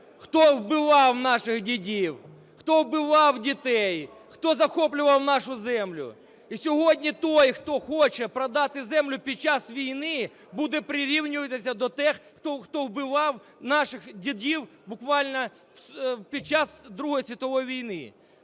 хто вбивав наших дідів, хто вбивав дітей, хто захоплював нашу землю. І сьогодні той, хто хоче продати землю під час війни, буде прирівнюватися до тих, хто вбивав наших дідів буквально під час Другої світової війни.